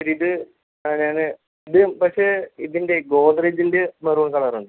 ഇത് ഞാൻ ഇത് പക്ഷെ ഇതിൻ്റെ ഗോദ്റെജിൻ്റെ മെറൂൺ കളർ ഉണ്ട്